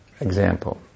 example